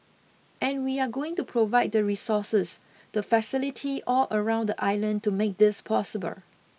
and we are going to provide the resources the facility all around the island to make this possible